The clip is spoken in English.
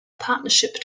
partnership